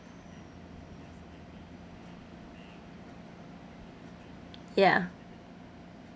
ya